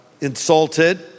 insulted